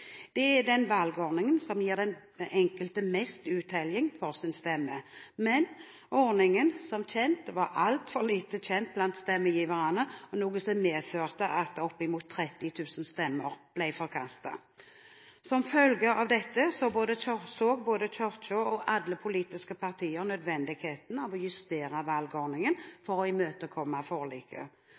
er den valgordningen som gir den enkelte mest uttelling for sin stemme. Men ordningen var, som kjent, altfor lite kjent blant stemmegiverne, noe som medførte at opp mot 30 000 stemmer ble forkastet. Som følge av dette så både Kirken og alle de politiske partiene nødvendigheten av å justere valgordningen for å imøtekomme forliket.